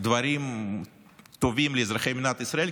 דברים טובים לאזרחי מדינת ישראל,